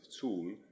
tool